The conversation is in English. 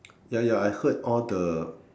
ya ya I heard all the